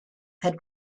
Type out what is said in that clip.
had